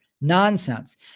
nonsense